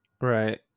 Right